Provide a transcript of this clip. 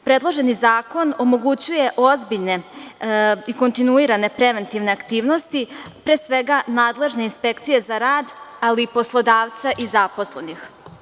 Predloženi zakon omogućuje ozbiljne i kontinuirane preventivne aktivnosti, pre svega, nadležne inspekcije za rad, ali i poslodavca i zaposlenih.